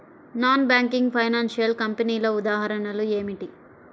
Non banking financial కంపెనీల ఉదాహరణలు ఏమిటి?